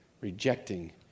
rejecting